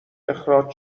اخراج